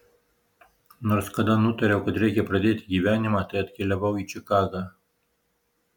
nors kada nutariau kad reikia pradėti gyvenimą tai atkeliavau į čikagą